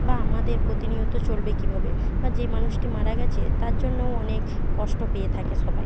বা আমাদের প্রতিনিয়ত চলবে কীভাবে বা যেই মানুষটি মারা গিয়েছে তার জন্যও অনেক কষ্ট পেয়ে থাকে সবাই